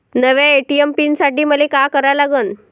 नव्या ATM PIN साठी मले का करा लागन?